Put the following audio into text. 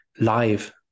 live